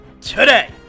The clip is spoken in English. today